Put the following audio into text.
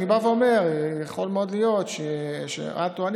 אני בא ואומר: יכול מאוד להיות שאת או אני